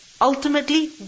Ultimately